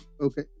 okay